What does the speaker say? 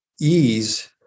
ease